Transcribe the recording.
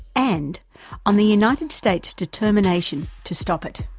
and on the united states' determination to stop it.